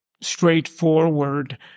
straightforward